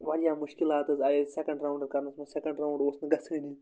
واریاہ مُشکِلات حظ آے اَسہِ سٮ۪کٮ۪نٛڈ راوُنٛڈ کَرنَس منٛز سٮ۪کٮ۪نٛڈ راوُنٛڈ اوس نہٕ گژھٲنی